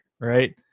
right